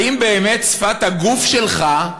האם באמת שפת הגוף שלך,